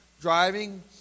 driving